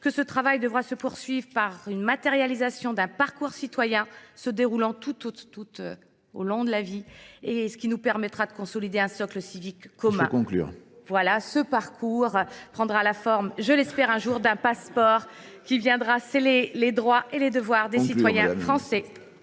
que ce travail devra se poursuivre par une matérialisation d'un parcours citoyen se déroulant tout au long de la vie et ce qui nous permettra de consolider un socle civique commun. Voilà, ce parcours prendra la forme, je l'espère, d'un jour d'un passeport qui viendra sceller les droits et les devoirs des citoyens français